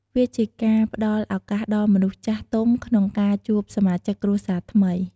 វាជាការផ្តល់ឧកាសដល់មនុស្សចាស់ទុំក្នុងការជួបសមាជិកគ្រួសារថ្មី។